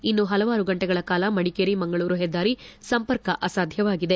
ಇನ್ನೂ ಹಲವಾರು ಗಂಟೆಗಳ ಕಾಲ ಮಡಿಕೇರಿ ಮಂಗಳೂರು ಹೆದ್ದಾರಿ ಸಂಪರ್ಕ ಅಸಾಧ್ಯವಾಗಿದೆ